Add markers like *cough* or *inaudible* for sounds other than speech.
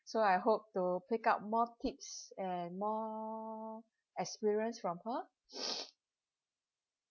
so I hope to pick up more tips and more experience from her *breath*